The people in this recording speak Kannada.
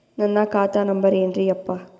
ನನ್ನ ಖಾತಾ ನಂಬರ್ ಏನ್ರೀ ಯಪ್ಪಾ?